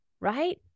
Right